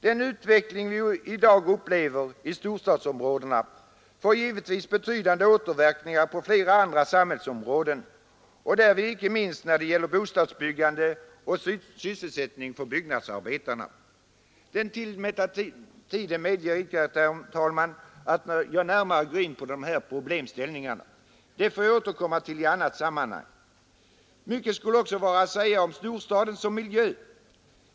Den utveckling vi i dag upplever i storstadsområdena får givetvis betydande återverkningar på flera andra samhällsområden och därvid inte minst när det gäller bostadsbyggandet och sysselsättning för byggnadsarbetarna. Den tillmätta tiden medger inte, herr talman, att jag närmare går in på dessa problemställningar. Jag får återkomma till detta i annat sammanhang. Mycket skulle också vara att säga om storstaden som miljö.